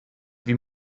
wie